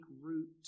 root